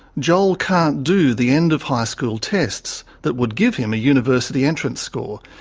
joel can't do the end of high school tests that would give him a university entrance score.